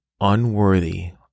unworthy